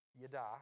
yada